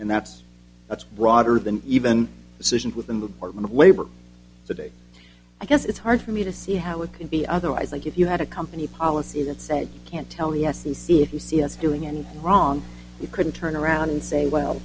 and that's that's broader than even decisions within the department of labor today i guess it's hard for me to see how it can be otherwise like if you had a company policy that said can't tell the f c c if you see us doing anything wrong you couldn't turn around and say well